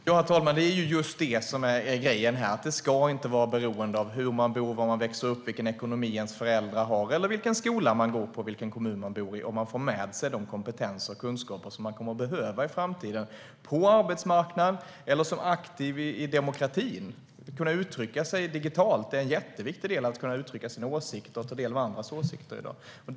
Herr talman! Det är just detta som är grejen. Det ska inte vara beroende av hur man bor, var man växer upp, vilken ekonomi ens föräldrar har, vilken skola man går på eller vilken kommun man bor i när det gäller att få med sig de kompetenser och kunskaper man kommer att behöva i framtiden på arbetsmarknaden eller som aktiv i demokratin. Att kunna uttrycka sig digitalt är en jätteviktig del av att kunna uttrycka sina åsikter och ta del av andras åsikter i dag.